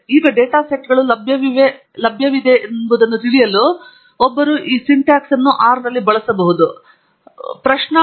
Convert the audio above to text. ಈಗ ಡೇಟಾ ಸೆಟ್ಗಳು ಲಭ್ಯವಿವೆ ಎಂಬುದನ್ನು ತಿಳಿಯಲು ಒಬ್ಬರು ಈ ಸಿಂಟ್ಯಾಕ್ಸನ್ನು ಆರ್ ದಲ್ಲಿ ಬಳಸಬಹುದಾಗಿತ್ತು